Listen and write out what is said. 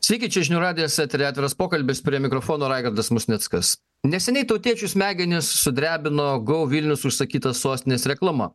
sveiki čia žinių radijas atviras pokalbis prie mikrofono raigardas musnickas neseniai tautiečių smegenis sudrebino go vilnius užsakyta sostinės reklama